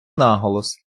наголос